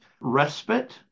respite